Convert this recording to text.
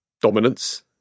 dominance